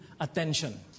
attention